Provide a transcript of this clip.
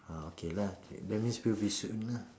ah okay lah okay that means will be soon lah